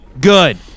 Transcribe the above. Good